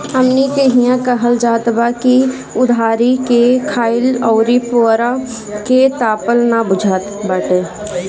हमनी के इहां कहल जात बा की उधारी के खाईल अउरी पुअरा के तापल ना बुझात बाटे